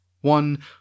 one